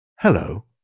Hello